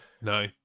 No